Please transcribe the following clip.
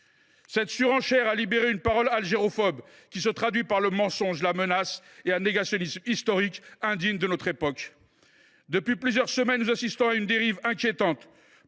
Cette surenchère a libéré une parole algérophobe qui se traduit par le mensonge, la menace et un négationnisme historique indigne de notre époque. Nous assistons depuis plusieurs semaines à une dérive inquiétante.